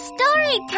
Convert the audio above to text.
Story